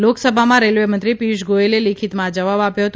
આજે લોકસભામાં રેલવેમંત્રી પિયુષ ગોથેલે લેખિતમાં આ જવાબ આપ્યો હતો